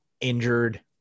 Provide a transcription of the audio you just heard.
injured